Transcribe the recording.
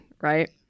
right